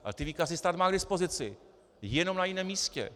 Ale ty výkazy stát má k dispozici, jenom na jiném místě.